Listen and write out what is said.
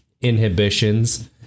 inhibitions